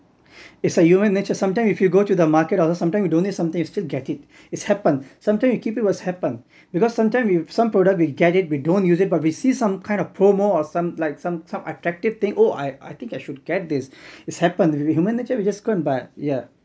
it's a human nature sometime if you go to the market also sometime you don't need something you still get it its happened sometime you keep it what's happened because sometime some product we get it we don't use it but we see some kind of promo or some like some some attractive thing oh I I think I should get this its happened human nature we just go and buy yeah